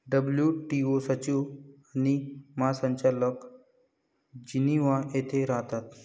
WTO सचिव आणि महासंचालक जिनिव्हा येथे राहतात